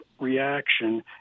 reaction